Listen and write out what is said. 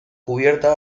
cubierta